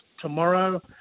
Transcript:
tomorrow